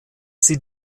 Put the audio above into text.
sie